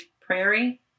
Prairie